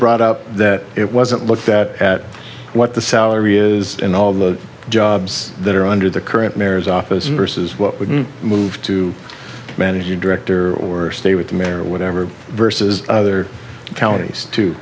brought up that it wasn't looked at at what the salary is in all of the jobs that are under the current mare's office versus what we can move to manage you director or stay with the mayor whatever versus other counties to